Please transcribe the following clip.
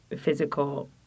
physical